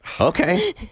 okay